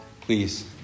Please